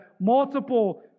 multiple